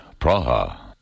Praha